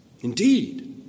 Indeed